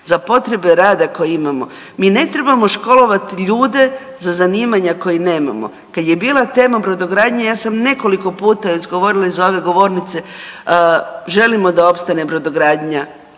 za potrebe rada koje imamo. Mi ne trebamo školovat ljude za zanimanja koje nemamo. Kad je bila tema brodogradnje ja sam nekoliko puta izgovorila iza ove govornice želimo da opstane brodogradnja,